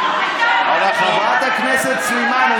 חברת הכנסת סלימאן,